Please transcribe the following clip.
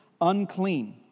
unclean